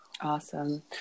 Awesome